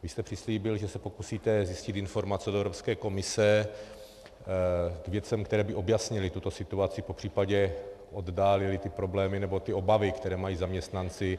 Vy jste přislíbil, že se pokusíte zjistit informace z Evropské komise k věcem, které by objasnily tuto situaci, popřípadě oddálily ty problémy nebo ty obavy, které mají zaměstnanci.